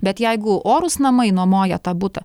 bet jeigu orūs namai nuomoja tą butą